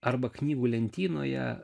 arba knygų lentynoje